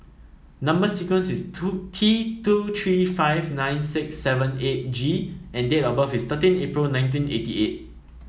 number sequence is T two three five nine six seven eight G and date of birth is thirteen April nineteen eighty eight